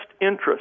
interest